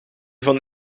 van